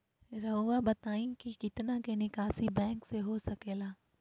रहुआ बताइं कि कितना के निकासी बैंक से हो सके ला?